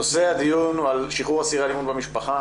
נושא הדיון הוא על שחרור אסירי אלימות במשפחה,